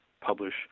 publish